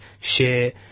share